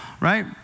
right